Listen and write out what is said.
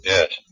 Yes